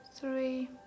three